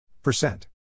Percent